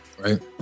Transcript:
right